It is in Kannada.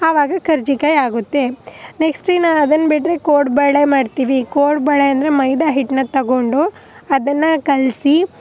ಆವಾಗ ಕರ್ಜಿಕಾಯಿ ಆಗುತ್ತೆ ನೆಕ್ಸ್ಟ್ ಇನ್ನೂ ಅದನ್ನು ಬಿಟ್ಟರೆ ಕೋಡ್ಬಳೆ ಮಾಡ್ತೀವಿ ಕೋಡ್ಬಳೆ ಅಂದರೆ ಮೈದಾ ಹಿಟ್ನ ತಗೊಂಡು ಅದನ್ನು ಕಲಸಿ